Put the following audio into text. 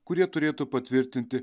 kurie turėtų patvirtinti